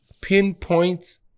pinpoint